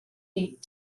eight